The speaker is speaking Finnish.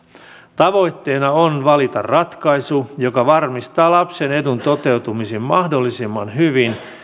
tavoitteena on valita ratkaisu joka varmistaa lapsen edun toteutumisen mahdollisimman hyvin